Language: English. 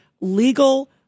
legal